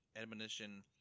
admonition